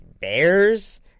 Bears